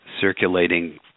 circulating